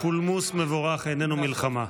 פולמוס מבורך איננו מלחמה.